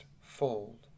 fold